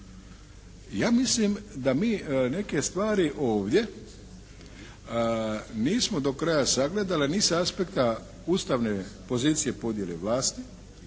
Ja mislim da mi neke stvari ovdje nismo do kraja sagledali ni sa aspekta Ustavne pozicije podijele vlasti,